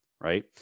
right